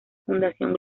fundación